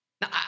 Now